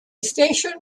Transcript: station